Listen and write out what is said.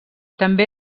també